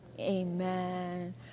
amen